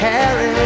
Carry